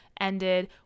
ended